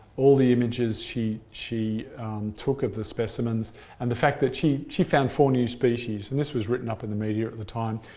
all the images she she took of the specimens and the fact that she she found four new species, and this was written up in the media at the time.